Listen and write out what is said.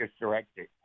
directed